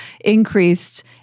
increased